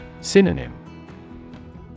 Synonym